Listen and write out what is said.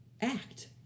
act